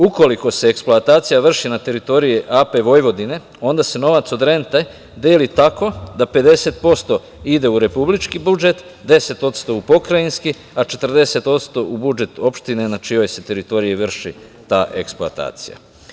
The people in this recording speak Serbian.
Ukoliko se eksploatacija vrši na teritoriji AP Vojvodine, onda se novac od rente deli tako da 50% ide u Republički budžet, 10% u pokrajinski, a 40% u budžet opštine na čijoj se teritoriji vrši ta eksploatacija.